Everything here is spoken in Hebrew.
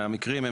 המקרים הם,